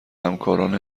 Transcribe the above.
همکاران